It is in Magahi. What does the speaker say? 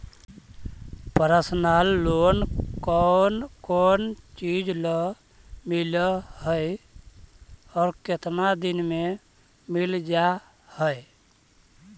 पर्सनल लोन कोन कोन चिज ल मिल है और केतना दिन में मिल जा है?